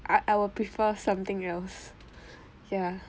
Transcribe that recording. I I will prefer something else ya